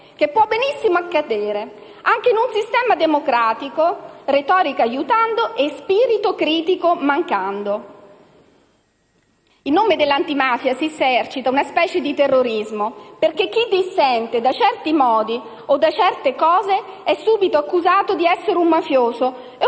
che potrebbe benissimo accadere, anche in un sistema democratico, retorica aiutando e spirito critico mancando. In nome dell'antimafia si esercita una specie di terrorismo, perché chi dissente da certi modi è subito accusato di essere un mafioso o